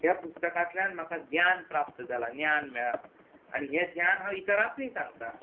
ह्या पुस्तकांतल्यान म्हाका ग्यान प्राप्त जालां ज्ञान मेळ्ळां आनी हें ज्ञान हांव हेरांकूय सांगतां